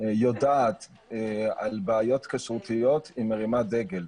יודעת על בעיות כשרותיות היא מרימה דגל.